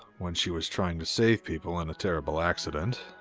when she was trying to save people in a terrible accident,